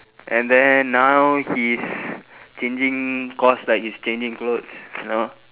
and then now he is changing course like he's changing clothes you know